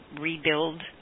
rebuild